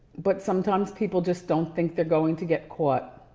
but sometimes people just don't think they're going to get caught.